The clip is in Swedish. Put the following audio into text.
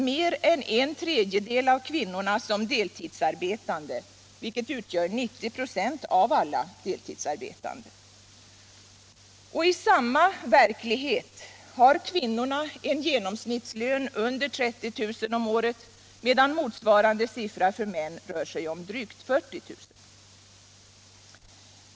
Mer än en tredjedel av kvinnorna har deltidsarbete, och de utgör 90 96 av alla deltidsarbetande. Och i samma verklighet har kvinnorna en genomsnittslön under 30 000 kr. om året medan motsvarande siffra för män rör sig om drygt 40 000.